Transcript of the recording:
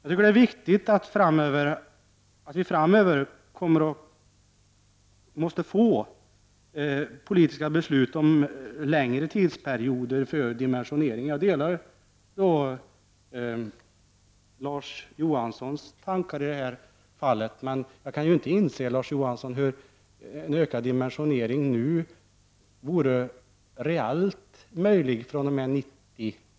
Det är viktigt att vi framöver får politiska beslut om längre tidsperioder för dimensionering. Jag delar Larz Johanssons tankar i detta fall, men jag kan inte inse, Larz Johansson, hur en ökad dimensionering nu vore reellt möjlig fr.o.m. 1990/91.